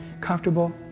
comfortable